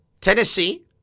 Tennessee